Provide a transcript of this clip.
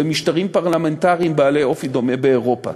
במשטרים פרלמנטריים בעלי אופי דומה באירופה.